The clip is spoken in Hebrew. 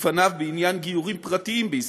לפניו בעניין גיורים פרטיים בישראל.